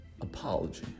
apology